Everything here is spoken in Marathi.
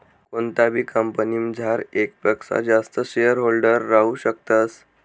कोणताबी कंपनीमझार येकपक्सा जास्त शेअरहोल्डर राहू शकतस